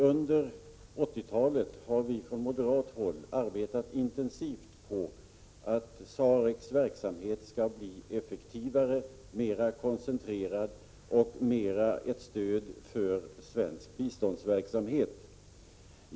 Under 80-talet har vi från moderat håll arbetat intensivt på att SAREC:s verksamhet skall bli effektivare, mera koncentrerad och mera ett stöd för svensk biståndsverksamhet.